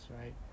right